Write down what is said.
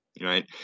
right